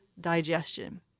digestion